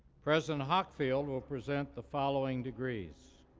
president hockfield will present the following degrees